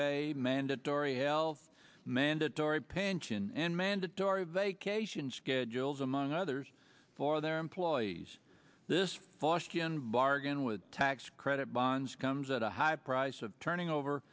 mandatory health mandatory pension and mandatory vacation schedules among others for their employees this faustian bargain with tax credit bonds comes at a high price of turning over